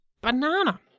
Banana